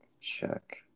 check